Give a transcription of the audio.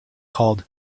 called